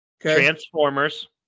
Transformers